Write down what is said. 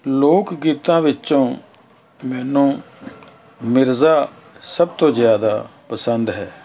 ਲੋਕ ਗੀਤਾਂ ਵਿੱਚੋਂ ਮੈਨੂੰ ਮਿਰਜ਼ਾ ਸਭ ਤੋਂ ਜ਼ਿਆਦਾ ਪਸੰਦ ਹੈ